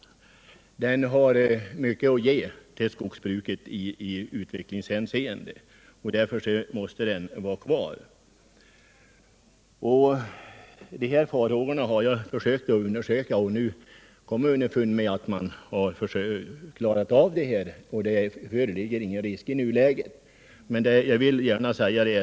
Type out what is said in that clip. Det har mycket att ge skogsbruket i utvecklingshänseende, och därför måste det vara kvar. Eftersom jag har hyst vissa farhågor härvidlag har jag undersökt förhållandena och kommit underfund med att det i nuläget inte föreligger någon risk för institutet. Det har då ej funnits anledning att motionera.